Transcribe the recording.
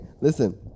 listen